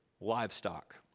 livestock